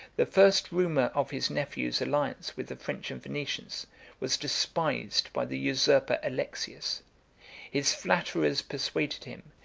the first rumor of his nephew's alliance with the french and venetians was despised by the usurper alexius his flatterers persuaded him,